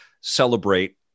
celebrate